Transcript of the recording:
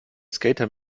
skater